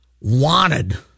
wanted